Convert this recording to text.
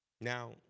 Now